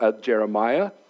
Jeremiah